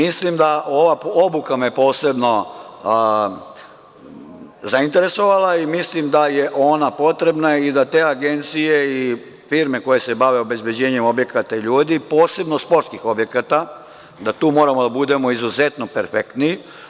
Obuka me posebno zainteresovala i mislim da je ona potrebna i da te agencije i firme koje se bave obezbeđenjem objekata i ljudi, posebno sportskih objekata da tu moramo da budemo izuzetno perfektni.